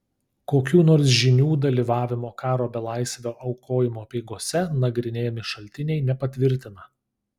kokių nors žynių dalyvavimo karo belaisvio aukojimo apeigose nagrinėjami šaltiniai nepatvirtina